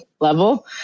level